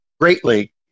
greatly